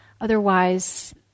Otherwise